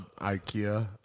Ikea